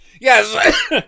Yes